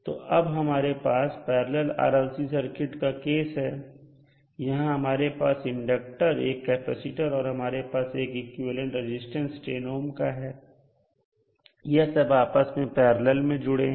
तो अब हमारे पास पैरलल RLC सर्किट का केस है यहां हमारे पास एक इंडक्टर एक कैपेसिटर है और हमारे पास एक इक्विवेलेंट रेजिस्टेंस 10 ohm का है और यह सब आपस में पैरलल मैं जुड़े हैं